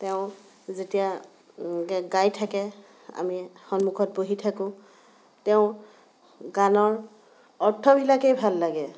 তেওঁ যেতিয়া গাই থাকে আমি সন্মুখত বহি থাকোঁ তেওঁৰ গানৰ অৰ্থবিলাকেই ভাল লাগে